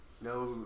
No